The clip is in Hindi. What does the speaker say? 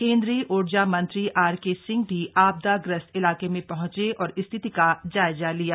केंद्रीय ऊर्जा मंत्री आरके सिंह भी आपदाग्रस्त इलाके में पहंचे और स्थिति का जायजा लिया